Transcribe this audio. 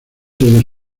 desde